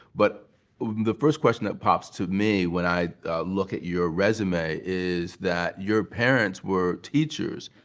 but the first question that pops to me when i look at your resume is that your parents were teachers.